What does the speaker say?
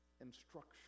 instruction